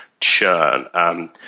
churn